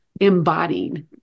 embodying